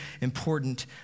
important